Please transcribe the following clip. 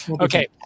Okay